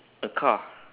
a car